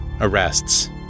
Arrests